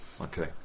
Okay